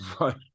Right